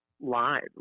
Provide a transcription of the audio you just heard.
live